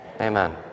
Amen